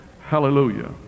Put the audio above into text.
Hallelujah